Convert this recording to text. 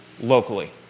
locally